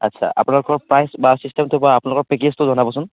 আচ্ছা আপোনালোকৰ প্ৰাইচ বা চিষ্টেমটো বা আপোনালোকৰ পেকেজটো জনাবচোন